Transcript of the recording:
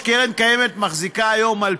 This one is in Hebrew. קרן קיימת מחזיקה היום,